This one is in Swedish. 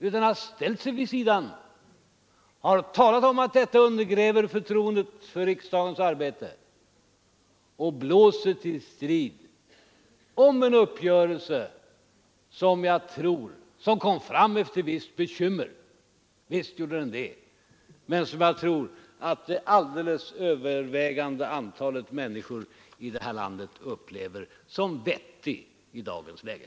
Han har ställt sig vid sidan om, och han har talat om att denna uppgörelse undergräver förtroendet för riksdagens arbete. Han blåser till strid om en uppgörelse som kom till stånd efter vissa bekymmer — visst gjorde den det — men som jag tror att det alldeles övervägande antalet människor i detta land upplever som vettig i dagens läge.